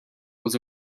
was